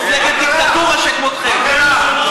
מפלגת דיקטטורה שכמותכם.